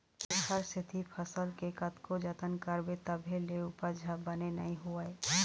जेखर सेती फसल के कतको जतन करबे तभो ले उपज ह बने नइ होवय